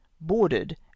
boarded